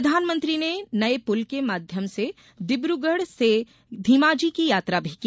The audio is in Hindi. प्रधानमंत्री ने नए पुल के माध्यमम से डिब्रगढ से धीमाजी की यात्रा भी की